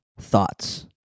thoughts